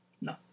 No